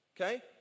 Okay